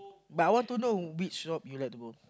but I want to know which shop you like to go